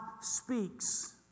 speaks